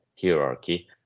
hierarchy